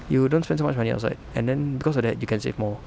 you don't spend so much money outside and then because of that you can save more